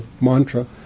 mantra